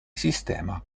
sistema